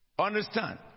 Understand